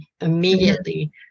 immediately